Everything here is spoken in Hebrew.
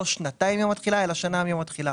שנתיים מיום התחילה אלא שנה מיום התחילה.